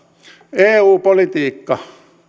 eu politiikka